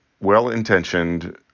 well-intentioned